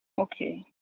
Okay